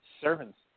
servants